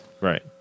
right